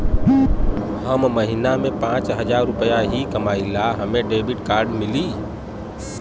हम महीना में पाँच हजार रुपया ही कमाई ला हमे भी डेबिट कार्ड मिली?